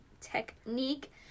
technique